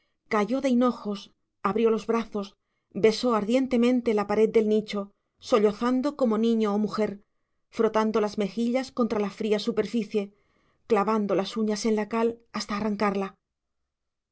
cayó de hinojos abrió los brazos besó ardientemente la pared del nicho sollozando como niño o mujer frotando las mejillas contra la fría superficie clavando las uñas en la cal hasta arrancarla